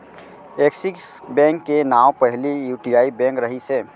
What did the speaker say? axis bank के नांव पहिली यूटीआई बेंक रहिस हे